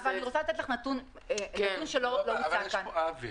יש פה עוול.